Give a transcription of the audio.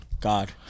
God